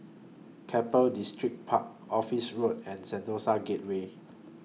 Keppel Distripark Office Road and Sentosa Gateway